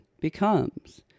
becomes